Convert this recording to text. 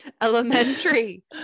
Elementary